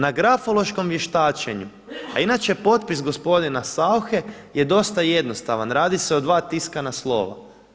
Na grafološkom vještačenju a inače potpis gospodina Sauche je dosta jednostavan, radi se o dva tiskana slova.